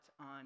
on